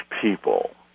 people